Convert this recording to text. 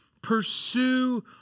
Pursue